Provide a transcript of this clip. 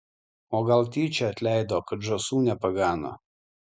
o gal tyčia atleido kad žąsų nepagano